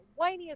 whiniest